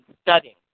studying